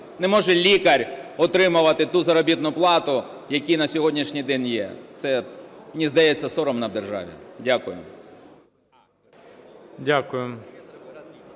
Не може лікар отримувати ту заробітну плату, яка на сьогоднішній день є. Це, мені здається, соромно в державі. Дякую.